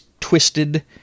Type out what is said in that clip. twisted